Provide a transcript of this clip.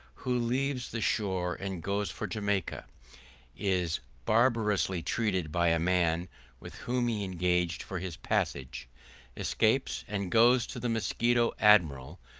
who leaves the shore and goes for jamaica is barbarously treated by a man with whom he engaged for his passage escapes and goes to the mosquito admiral,